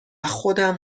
خودم